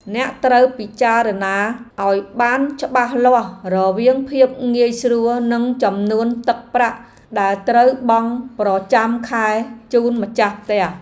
អ្នកត្រូវពិចារណាឱ្យបានច្បាស់លាស់រវាងភាពងាយស្រួលនិងចំនួនទឹកប្រាក់ដែលត្រូវបង់ប្រចាំខែជូនម្ចាស់ផ្ទះ។